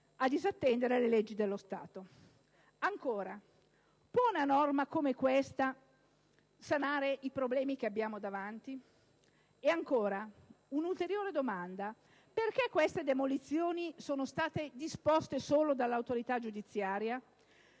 a disattendere le leggi dello Stato. Ancora, può una norma come questa sanare i problemi che abbiamo davanti? E ancora, un'ulteriore domanda: perché queste demolizioni sono state disposte solo dall'autorità giudiziaria?